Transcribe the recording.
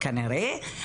כנראה.